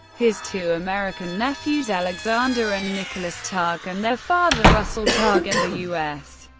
his two american nephews alexander and nicholas targ and their father russell targ, and the u s.